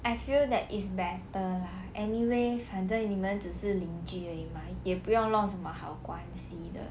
I feel that it's better lah anyway 反正你们只是领据而已 mah 也不用弄什么好关系的